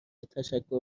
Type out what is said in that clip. تشکر